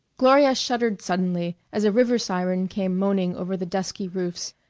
gloria shuddered suddenly as a river siren came moaning over the dusky roofs,